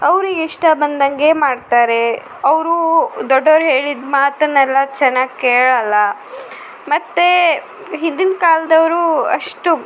ಅವ್ರಿಗೆ ಇಷ್ಟ ಬಂದಂಗೆ ಮಾಡ್ತಾರೆ ಅವರು ದೊಡ್ಡವ್ರು ಹೇಳಿದ ಮಾತನ್ನೆಲ್ಲ ಚೆನ್ನಾಗಿ ಕೇಳೋಲ್ಲ ಮತ್ತು ಹಿಂದಿನ ಕಾಲದವ್ರು ಅಷ್ಟು